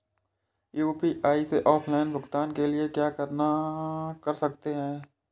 UPI से offline भुगतान के लिए क्या कर सकते हैं?